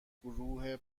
گروه